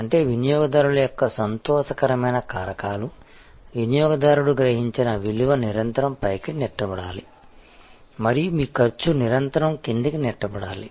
అంటే వినియోగదారుల యొక్క సంతోషకరమైన కారకాలు వినియోగదారుడు గ్రహించిన విలువ నిరంతరం పైకి నెట్టబడాలి మరియు మీ ఖర్చు నిరంతరం క్రిందికి నెట్టబడాలి